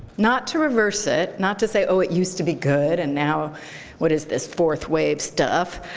not to reverse it, not to say, oh, it used to be good, and now what is this fourth wave stuff?